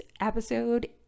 episode